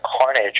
carnage